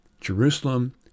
Jerusalem